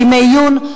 בימי עיון,